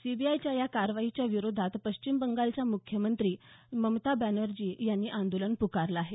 सीबीआयच्या या कारवाईच्या विरोधात पश्चिम बंगालच्या मुख्यमंत्री ममता बॅनर्जी यांनी आंदोलन पुकारलं आहे